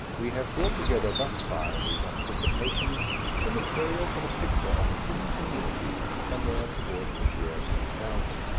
we have brought together thus far in these anticipations the material for the picture of a human community somewhere towards the year two thousand.